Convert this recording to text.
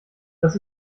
das